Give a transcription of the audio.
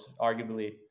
arguably